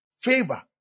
Favor